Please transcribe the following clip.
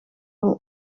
vol